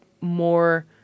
more